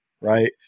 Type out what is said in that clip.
Right